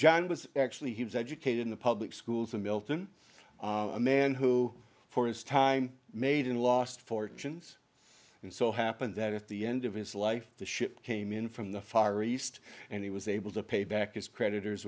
john was actually he was educated in the public schools in milton a man who for his time made in last fortunes and so happened that at the end of his life the ship came in from the far east and he was able to pay back its creditors